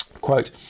Quote